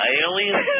aliens